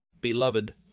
Beloved